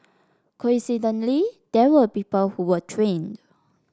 coincidentally there were people who were trained